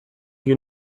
you